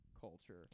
culture